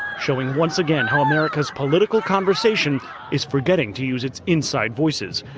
showing once again how america's political conversation is forgetting to use its inside voices.